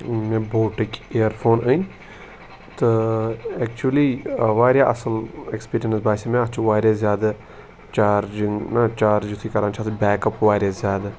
مےٚ بوٹٕکۍ earphone أنۍ تہٕ ایٚکچُؤلی واریاہ اَصٕل اٮ۪کٕسپیٖریَنٕس باسے مےٚ اَتھ چھُ واریاہ زیادٕ چارجِنٛگ نہ چارج یُتھُے کَران چھِ اَتھ بیک اَپ واریاہ زیادٕ